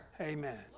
Amen